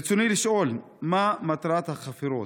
רצוני לשאול: 1. מה מטרת החפירות?